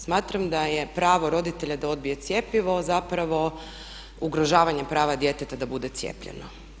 Smatram da je pravo roditelja da odbije cjepivo zapravo ugrožavanje prava djeteta da bude cijepljeno.